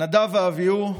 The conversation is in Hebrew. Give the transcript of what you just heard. נדב ואביהוא,